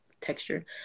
texture